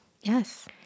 Yes